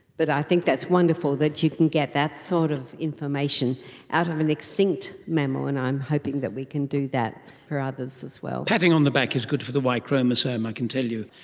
but i think that's wonderful, that you can get that sort of information out of an extinct mammal, and i'm hoping that we can do that for others as well. patting on the back is good for the y chromosome, i can tell you.